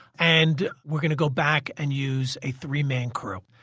and we're going to go back and use a three-man crew.